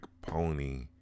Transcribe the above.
pony